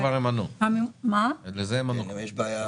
לזה הם ענו כבר.